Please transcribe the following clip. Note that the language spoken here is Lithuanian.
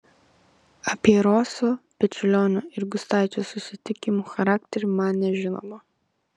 apie roso pečiulionio ir gustaičio susitikimų charakterį man nežinoma